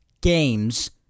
games